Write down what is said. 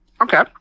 Okay